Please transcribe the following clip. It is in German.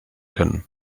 können